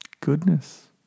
goodness